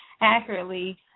accurately